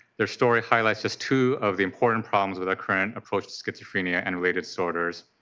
their story highlights just two of the important problems with the current approach to schizophrenia and related disorders.